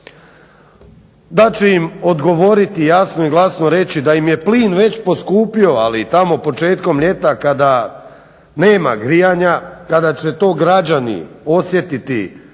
da će im odgovoriti i jasno i glasno reći da im je plin već poskupio ali tamo početkom ljeta kada nema grijanja, kada će to građani osjetiti